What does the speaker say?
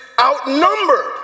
outnumbered